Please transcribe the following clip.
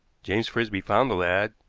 james frisby found the lad,